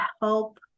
help